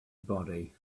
body